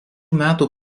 metų